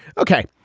ok,